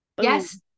Yes